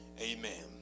Amen